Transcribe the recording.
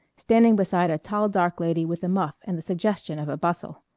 standing beside a tall dark lady with a muff and the suggestion of a bustle.